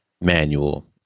Manual